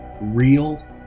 real